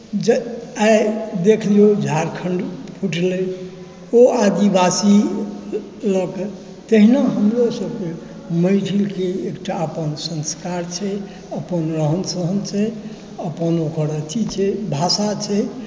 आइ देखि लिऔ झारखण्ड फुटलै ओ आदिवासी लऽ कऽ तहिना हमरो सभके मैथिलके एकटा अपन संस्कार छै अपन रहन सहन छै अपन ओकर अथी छै भाषा छै